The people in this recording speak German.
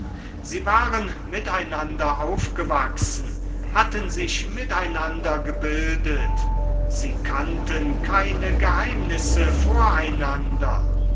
sie waren miteinander aufgewachsen hatten sich miteinander gebildet sie kannten keine geheimnisse voreinander